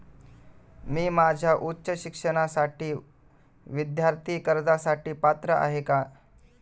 मी माझ्या उच्च शिक्षणासाठी विद्यार्थी कर्जासाठी पात्र आहे का?